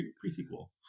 pre-sequel